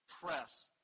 press